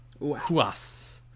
UAS